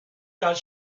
does